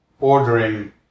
ordering